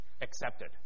accepted